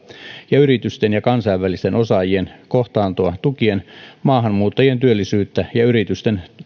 ja yritysten ja kansainvälisten osaajien kohtaantoa tukien maahanmuuttajien työllisyyttä ja yritysten